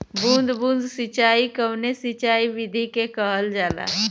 बूंद बूंद सिंचाई कवने सिंचाई विधि के कहल जाला?